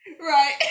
Right